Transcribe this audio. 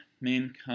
main